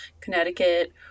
Connecticut